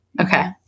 Okay